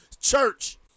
church